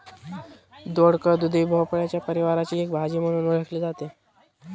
दोडक, दुधी भोपळ्याच्या परिवाराची एक भाजी म्हणून ओळखली जाते